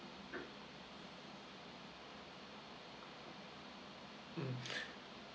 mm